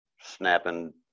snapping